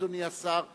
אדוני השר,